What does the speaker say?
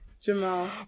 Jamal